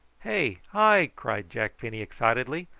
hey, hi! cried jack penny excitedly.